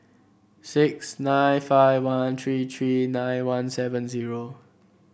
six nine five one three three nine one seven zero